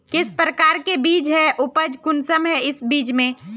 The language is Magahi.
किस प्रकार के बीज है उपज कुंसम है इस बीज में?